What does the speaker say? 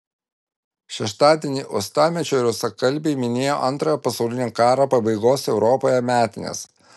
šeštadienį uostamiesčio rusakalbiai minėjo antrojo pasaulinio karo pabaigos europoje metines